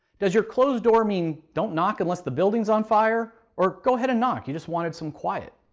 does your closed door mean don't knock unless the building is on fire, or go ahead and knock, you just wanted some quiet?